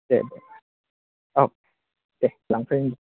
दे दे औ दे लांफै दे